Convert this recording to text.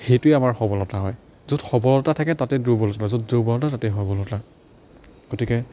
সেইটোৱে আমাৰ সবলতা হয় য'ত সবলতা থাকে তাতেই দুৰ্বলতা য'ত দুৰ্বলতা তাতেই সবলতা গতিকে